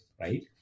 right